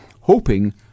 hoping